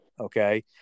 Okay